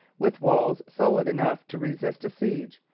with walls solid enough to resist a siege,